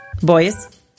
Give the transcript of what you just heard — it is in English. Boys